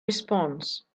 response